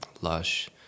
lush